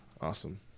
awesome